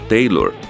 Taylor